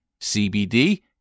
CBD